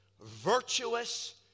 virtuous